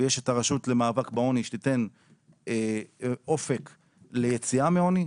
ויש את הרשות למאבק בעוני שתיתן אופק ליציאה מעוני.